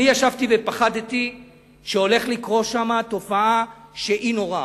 אני ישבתי ופחדתי שהולכת לקרות שם תופעה נוראה.